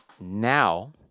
now